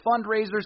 fundraisers